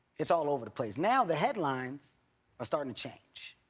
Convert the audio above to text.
it's all over the place. now the headlines are starting to change.